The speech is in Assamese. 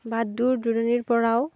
বা দূৰ দূৰণিৰ পৰাও